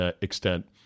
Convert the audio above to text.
extent